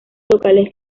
locales